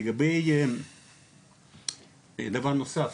דבר נוסף,